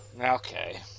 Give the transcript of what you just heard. Okay